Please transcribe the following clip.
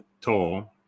tall